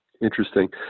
Interesting